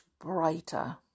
brighter